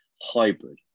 hybrid